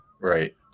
Right